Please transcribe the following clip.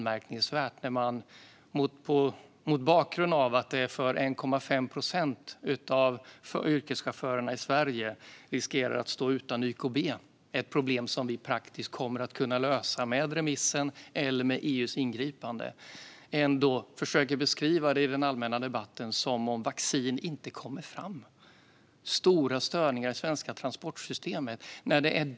Mot bakgrund av att det är 1,5 procent av yrkeschaufförerna i Sverige som riskerar att stå utan YKB, ett problem som vi praktiskt kommer att kunna lösa med remissen eller med EU:s ingripande, tycker jag att det är anmärkningsvärt att man i den allmänna debatten försöker beskriva det som att vaccin inte kommer fram och att det är stora störningar i det svenska transportsystemet.